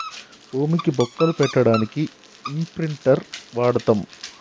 భూమికి బొక్కలు పెట్టడానికి ఇంప్రింటర్ వాడతం